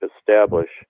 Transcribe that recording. establish